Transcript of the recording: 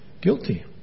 Guilty